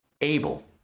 able